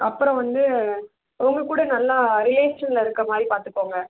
அப்புறம் வந்து உங்கக்கூட நல்லா ரிலேஷனில் இருக்கற மாதிரி பார்த்துக்கோங்க